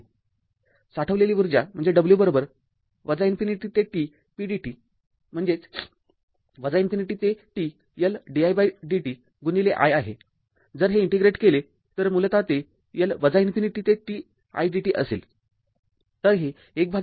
साठवलेली ऊर्जा म्हणजे w इन्फिनिटी ते t pdt म्हणजे इन्फिनिटी ते t L didt i आहे आणि जर हे इंटिग्रेट केले तर मूलतः ते L इन्फिनिटी ते t i di असेल